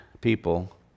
people